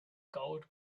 gold